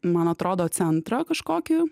man atrodo centrą kažkokį